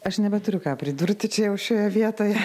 aš nebeturiu ką pridurti čia jau šioje vietoje